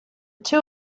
two